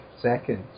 seconds